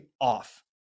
off